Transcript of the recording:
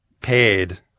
paid